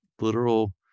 literal